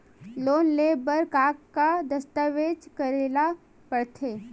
Loan ले बर का का दस्तावेज करेला पड़थे?